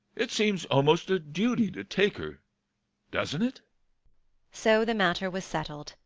it seems almost a duty to take her doesn't it so the matter was settled,